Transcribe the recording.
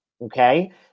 okay